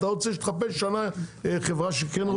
אתה רוצה שהיא תחפש שנה חברה שהיא כן רוצה?